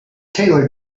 taylor